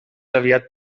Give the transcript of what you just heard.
aviat